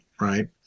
right